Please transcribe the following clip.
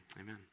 amen